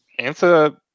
Ansa